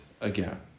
again